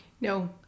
No